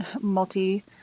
multi